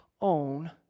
own